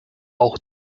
auch